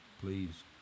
please